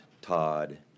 Todd